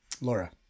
Laura